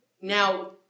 now